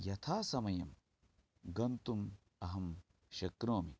यथा समयं गन्तुम् अहं शक्नोमि